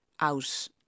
out